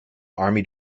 army